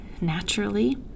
naturally